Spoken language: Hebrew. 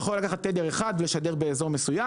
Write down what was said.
הן יכולות לקחת תדר אחד ולשדר באזור מסוים